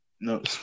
No